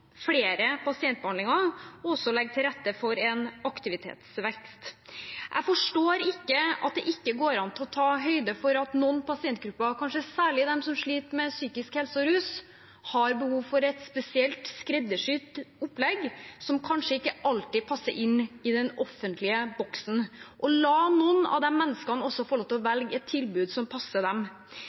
flere pasientbehandlinger og legge til rette for en aktivitetsvekst. Jeg forstår ikke at det ikke går an å ta høyde for at noen pasientgrupper, kanskje særlig dem som sliter med psykisk helse og rus, har behov for et spesielt, skreddersydd opplegg, som kanskje ikke alltid passer inn i den offentlige boksen. La noen av disse menneskene også få velge tilbud som passer dem. Hvorfor lytter ikke Arbeiderpartiet til pasienter som f.eks. Tonje, som